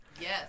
Yes